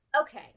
Okay